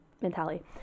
mentality